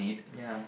ya